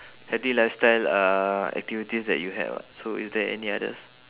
healthy lifestyle uh activities that you had [what] so is there any others